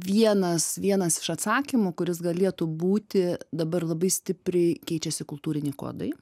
vienas vienas iš atsakymų kuris galėtų būti dabar labai stipriai keičiasi kultūriniai kodai